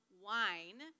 wine